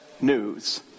news